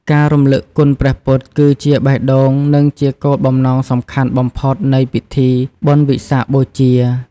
ការរំលឹកគុណព្រះពុទ្ធ គឺជាបេះដូង និងជាគោលបំណងសំខាន់បំផុតនៃពិធីបុណ្យវិសាខបូជា។